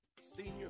senior